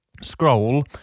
scroll